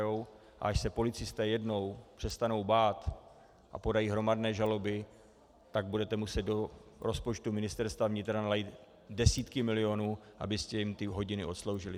A až se policisté jednou přestanou bát a podají hromadné žaloby, tak budete muset do rozpočtu Ministerstva vnitra nalít desítky milionů, aby s tím ty hodiny odsloužili.